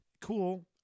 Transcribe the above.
cool